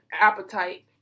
appetite